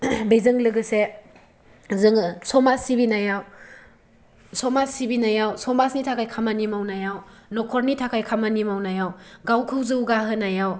बेजों लोगोसे जोङो समाज सिबिनायाव समाज सिबिनायाव समाजनि थाखाय खामानि मावनायाव नखरनि थाखाय खामानि मावनायाव गावखौ जौगाहोनायाव